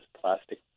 plastic